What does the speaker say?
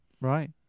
right